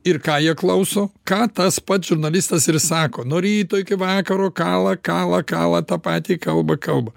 ir ką jie klauso ką tas pats žurnalistas ir sako nuo ryto iki vakaro kala kala kala tą patį kalba kalba